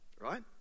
right